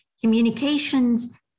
communications